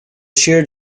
shared